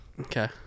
Okay